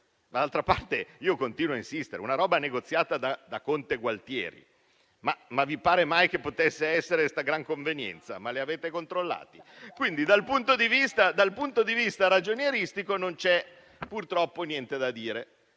D'altra parte, continuo a insistere su questo: una cosa negoziata da Conte e Gualtieri vi pare mai che possa essere una gran convenienza? Ma li avete controllati? Dal punto di vista ragionieristico, quindi, non c'è purtroppo niente da dire,